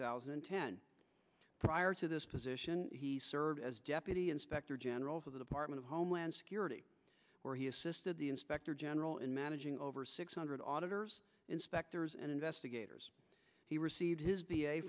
thousand and ten prior to this position he served as deputy inspector general for the department of homeland security where he assisted the inspector general in managing over six hundred auditor's inspectors and investigators he received his